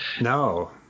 No